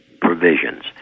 provisions